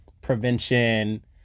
prevention